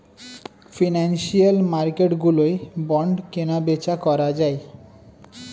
financial মার্কেটগুলোয় bond কেনাবেচা করা যায়